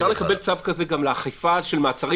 אפשר לקבל צו כזה גם לאכיפה של מעצרי